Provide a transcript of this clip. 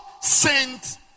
Saint